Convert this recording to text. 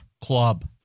club